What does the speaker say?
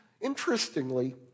Interestingly